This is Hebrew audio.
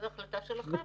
זו החלטה שלכם.